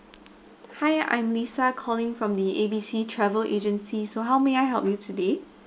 hi I'm lisa calling from the A B C travel agency so how may I help you today